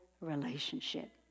relationship